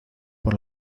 por